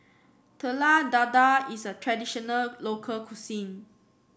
Telur Dadah is a traditional local cuisine